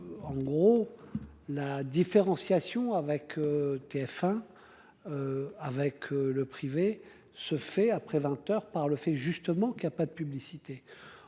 En gros la différenciation avec. TF1. Avec le privé se fait après 20h, par le fait justement qu'il y a pas de publicité.